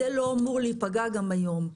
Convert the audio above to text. זה לא אמור להיפגע גם היום.